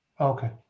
Okay